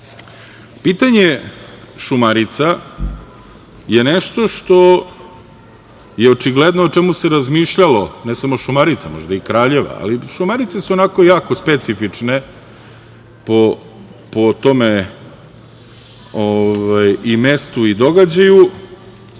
Šumarica je nešto što je očigledno, o čemu se razmišljalo, ne samo Šumarica, možda i Kraljeva, ali Šumarice su onako jako specifične po mestu i događaju,